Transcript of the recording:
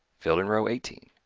filled in row eighteen,